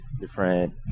different